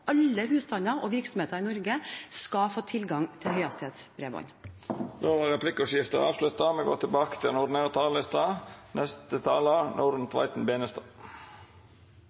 Alle husstander og virksomheter i Norge skal få tilgang til høyhastighetsbredbånd. Replikkordskiftet er avslutta. Da vi hadde debatten om fjorårets kommuneproposisjon, var